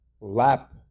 lap